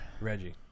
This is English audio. reggie